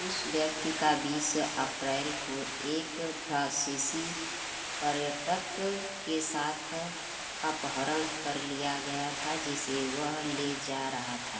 उस व्यक्ति का बीस अप्रैल को एक फ्रांसीसी पर्यटक के साथ अपहरण कर लिया गया था जिसे वह ले जा रहा था